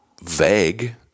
vague